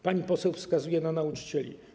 Pani poseł wskazuje na nauczycieli.